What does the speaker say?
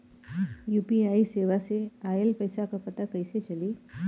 UPI सेवा से ऑयल पैसा क पता कइसे चली?